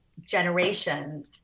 generation